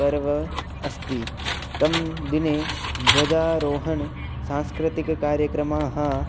पर्व अस्ति तं दिने ध्वजारोहणसांस्कृतिकार्यक्रमाः